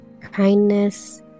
kindness